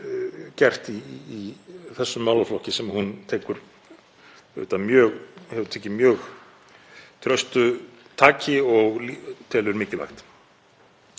gert í þessum málaflokki sem hún hefur tekið mjög traustu taki og telur mikilvægt.